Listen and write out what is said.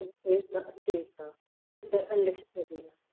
ठीकु आहे ठीकु आहे हुनमें लिखी